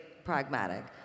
pragmatic